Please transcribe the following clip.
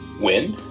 win